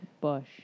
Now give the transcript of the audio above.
bush